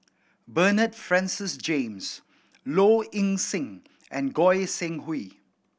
Bernard Francis James Low Ing Sing and Goi Seng Hui